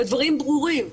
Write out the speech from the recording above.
והדברים ברורים.